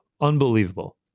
unbelievable